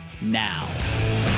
now